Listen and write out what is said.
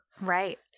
Right